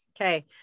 Okay